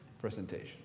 presentation